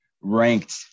ranked